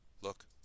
look